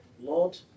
Lord